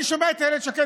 אני שומע את איילת שקד,